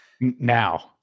now